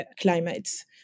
climates